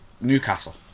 Newcastle